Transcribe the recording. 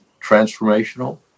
transformational